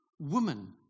Woman